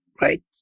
right